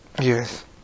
Yes